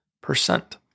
percent